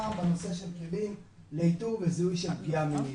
בנושא של איתור וזיהוי של פגיעה מינית.